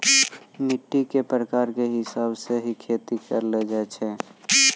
मिट्टी के प्रकार के हिसाब स हीं खेती करलो जाय छै